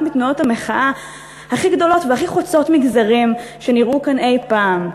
מתנועות המחאה הכי גדולות והכי חוצות מגזרים שנראו כאן אי-פעם,